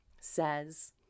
says